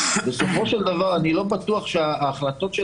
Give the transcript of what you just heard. בסופו של דבר אני לא בטוח שההחלטות של